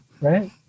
right